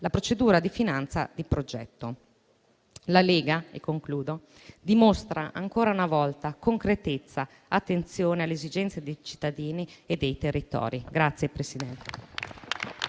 la procedura di finanza di progetto. La Lega dimostra ancora una volta concretezza e attenzione alle esigenze dei cittadini e dei territori.